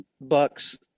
bucks